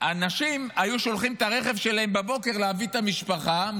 האנשים היו שולחים את הרכב שלהם בבוקר להביא את המשפחה,